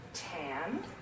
Tan